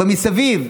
במסביב.